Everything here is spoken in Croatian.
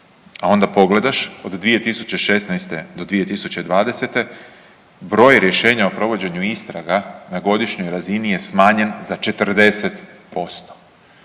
A onda pogledaš od 2016. do 2020. broj rješenja o provođenju istraga na godišnjoj razini je smanjen za 40%.